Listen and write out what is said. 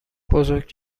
بزرگ